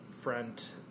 front